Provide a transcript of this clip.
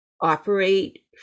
operate